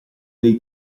dei